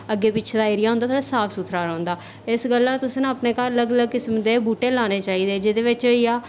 अग्गें पिच्छें दा एरिया होंदा थोह्ड़ा साफ सुथरा रौंह्दा इस गल्ला ना तुस न अपने घर अलग अलग किस्म दे बूह्टे लाने चाहिदे जेह्दे बिच्च होई गेआ